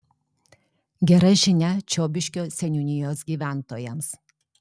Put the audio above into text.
gera žinia čiobiškio seniūnijos gyventojams